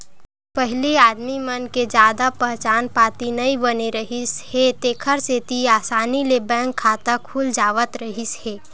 पहिली आदमी मन के जादा पहचान पाती नइ बने रिहिस हे तेखर सेती असानी ले बैंक खाता खुल जावत रिहिस हे